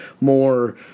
more